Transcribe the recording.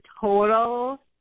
total